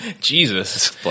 Jesus